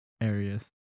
areas